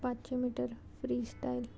पांचशें metre free style